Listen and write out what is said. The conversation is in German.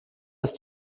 ist